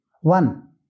One